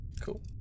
Cool